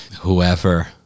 whoever